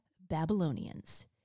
Babylonians